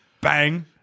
Bang